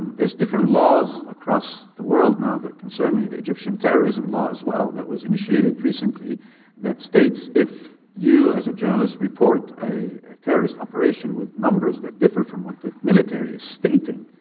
there's different laws across the world now that concern me. the egyptian terrorism law as well that was initiated recently that states if you as a journalist report a terrorist operation with numbers that differ from what the military is stating,